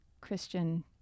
Christian